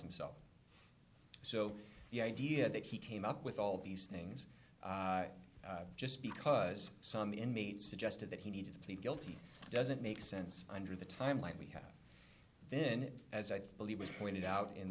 himself so the idea that he came up with all these things just because some inmate suggested that he needed to plead guilty doesn't make sense under the timeline we had then as i believe was pointed out in